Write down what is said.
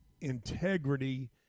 integrity